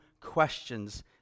questions